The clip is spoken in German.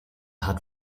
hat